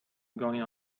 going